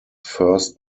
first